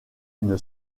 une